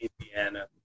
Indiana